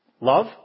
Love